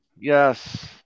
Yes